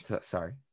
sorry